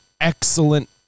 excellent